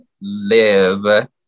live